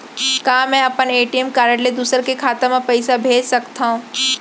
का मैं अपन ए.टी.एम कारड ले दूसर के खाता म पइसा भेज सकथव?